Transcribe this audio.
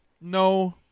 No